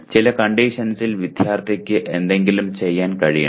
ചില കണ്ടീഷൻസിൽ വിദ്യാർത്ഥിക്ക് എന്തെങ്കിലും ചെയ്യാൻ കഴിയണം